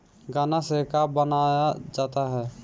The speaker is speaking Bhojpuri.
गान्ना से का बनाया जाता है?